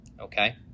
Okay